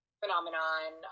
phenomenon